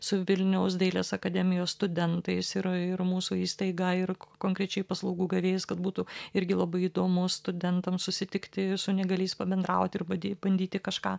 su vilniaus dailės akademijos studentais ir ir mūsų įstaiga ir konkrečiai paslaugų gavėjus kad būtų irgi labai įdomu studentams susitikti su neįgaliais pabendrauti ir bandyti bandyti kažką